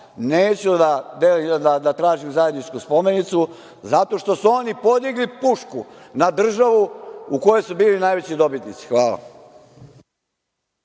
neću da tražim zajedničku spomenicu, zato što su oni podigli pušku na državu u kojoj su bili najveći dobitnici. Hvala.